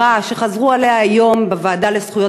שחזרו עליה היום בוועדה לזכויות הילד,